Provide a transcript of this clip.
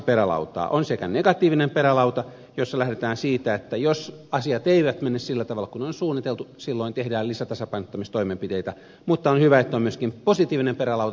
on sekä negatiivinen perälauta jossa lähdetään siitä että jos asiat eivät mene sillä tavalla kuin on suunniteltu silloin tehdään lisätasapainottamistoimenpiteitä mutta on hyvä että on myöskin positiivinen perälauta